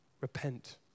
Repent